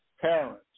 parents